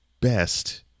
best